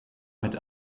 mit